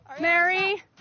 Mary